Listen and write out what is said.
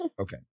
Okay